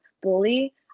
bully